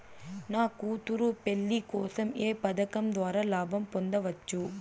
నా కూతురు పెళ్లి కోసం ఏ పథకం ద్వారా లాభం పొందవచ్చు?